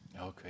Okay